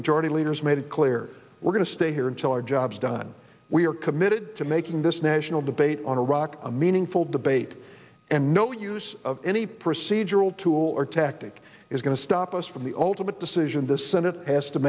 majority leader's made it clear we're going to stay here until our jobs done we are committed to making this national debate on iraq a meaningful debate and no use of any procedural tool or tactic is going to stop us from the ultimate decision the senate has to